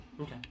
Okay